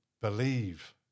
believe